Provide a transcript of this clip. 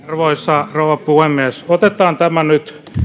arvoisa rouva puhemies otetaan tämä nyt